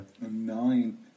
Nine